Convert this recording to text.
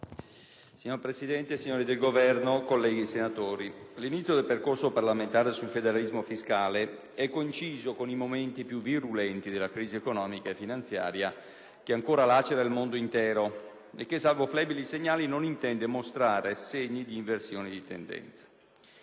Signor Presidente, signori del Governo, colleghi senatori, l'inizio del percorso parlamentare sul federalismo fiscale è coinciso con i momenti più virulenti della crisi economica e finanziaria che ancora lacera il mondo intero e che, salvo flebili segnali, non intende mostrare ancora segni di inversione di tendenza.